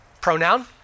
pronoun